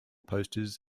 posters